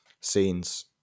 scenes